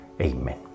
Amen